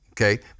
Okay